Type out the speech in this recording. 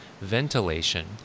ventilation